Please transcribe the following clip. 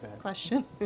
Question